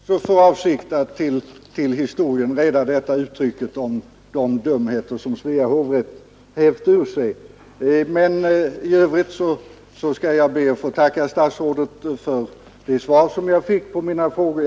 Herr talman! Jag hade egentligen också för avsikt att till historien rädda detta uttryck om ”de dumheter som Svea hovrätt hävt ur sig”. Men i övrigt skall jag be att få tacka statsrådet för det svar jag fick på mina frågor.